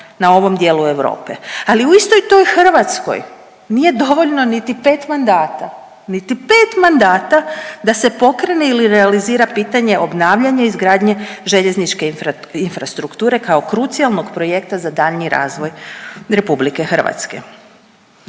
na ovom dijelu Europe, ali u istoj toj Hrvatskoj nije dovoljno niti 5 mandata, niti 5 mandata da se pokrene ili realizira pitanje obnavljanja i izgradnje željezničke infrastrukture kao krucijalnog projekta za daljnji razvoj RH.